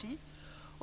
Till